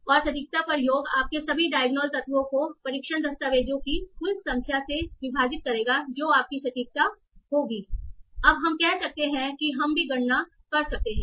𝑐𝑖𝑖∑𝑗 𝑐𝑖𝑗 i C जी और सटीकता पर योग आपके सभी diagonal तत्वों को परीक्षण दस्तावेज़ों की कुल संख्या से विभाजित करेगा जो आपकी सटीकता होगी ∑𝑗 𝑐𝑖𝑗𝑁 अब हम कहते हैं कि हम भी गणना कर सकते हैं